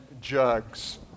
jugs